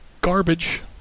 garbage